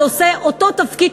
שעושה אותו תפקיד,